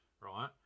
Right